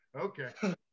Okay